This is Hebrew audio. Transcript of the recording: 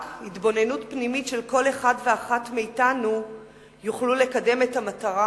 רק התבוננות פנימית של כל אחד ואחת מאתנו תוכל לקדם את המטרה,